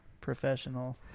professional